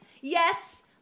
Yes